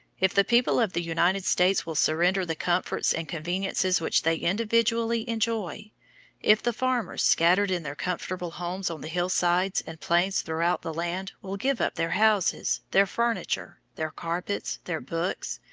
if the people of the united states will surrender the comforts and conveniences which they individually enjoy if the farmers scattered in their comfortable homes on the hill-sides and plains throughout the land will give up their houses, their furniture, their carpets, their books,